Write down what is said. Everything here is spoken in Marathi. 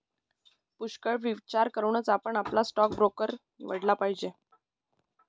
पुष्कळ विचार करूनच आपण आपला स्टॉक ब्रोकर निवडला पाहिजे